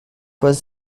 was